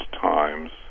times